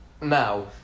Now